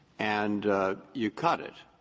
and you cut it,